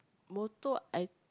motto I